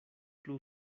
plu